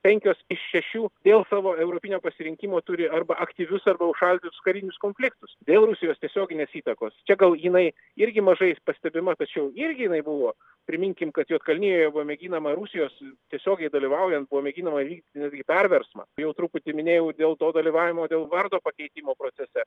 penkios iš šešių dėl savo europinio pasirinkimo turi arba aktyvius arba užšaldytus karinius konfliktus dėl rusijos tiesioginės įtakos čia gal jinai irgi mažai pastebima tačiau irgi buvo priminkime kad juodkalnijoje buvo mėginama rusijos tiesiogiai dalyvaujant buvo mėginama vykdyti netgi perversmą jau truputį minėjau dėl to dalyvavimo dėl vardo pakeitimo procese